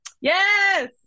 Yes